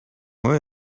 will